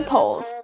Polls